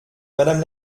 madame